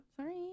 Sorry